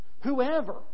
whoever